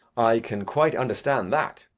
i can quite understand that.